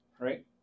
right